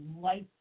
life